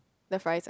the fries